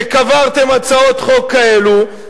שקברתם הצעות חוק כאלה,